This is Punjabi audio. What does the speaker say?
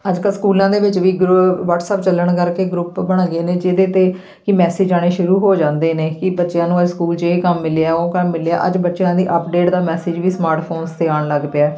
ਅੱਜ ਕੱਲ੍ਹ ਸਕੂਲਾਂ ਦੇ ਵਿੱਚ ਵੀ ਗਰੋ ਵਟਸਅੱਪ ਚੱਲਣ ਕਰਕੇ ਗਰੁੱਪ ਬਣ ਗਏ ਨੇ ਜਿਹਦੇ 'ਤੇ ਕਿ ਮੈਸਿਜ ਆਉਣੇ ਸ਼ੁਰੂ ਹੋ ਜਾਂਦੇ ਨੇ ਕਿ ਬੱਚਿਆਂ ਨੂੰ ਅੱਜ ਸਕੂਲ 'ਚ ਇਹ ਕੰਮ ਮਿਲਿਆ ਉਹ ਕੰਮ ਮਿਲਿਆ ਅੱਜ ਬੱਚਿਆਂ ਦੀ ਅਪਡੇਟ ਦਾ ਮੈਸੇਜ ਵੀ ਸਮਾਰਟਫ਼ੋਨਸ 'ਤੇ ਆਉਣ ਲੱਗ ਪਿਆ